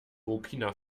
burkina